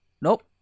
nope